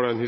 Han